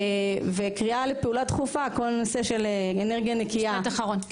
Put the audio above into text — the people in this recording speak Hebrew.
וקריאה לפעולה דחופה, כל הנושא של אנרגיה נקייה.